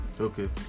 okay